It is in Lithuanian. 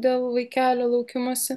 dėl vaikelio laukimosi